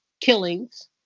killings